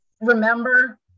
remember